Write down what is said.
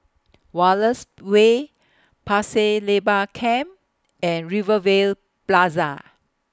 Wallace Way Pasir Laba Camp and Rivervale Plaza